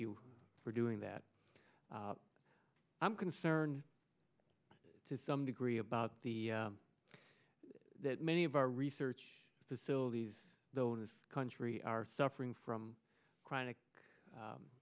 you for doing that i'm concerned to some degree about the that many of our research facilities though in this country are suffering from chronic